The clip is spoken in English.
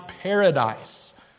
paradise